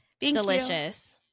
delicious